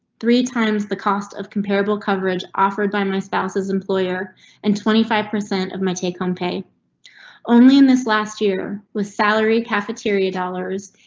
three times the cost of compareable coverage offered by my spouses employer and twenty five percent of my take home pay only in this last year with salary cafeteria dollars,